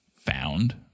found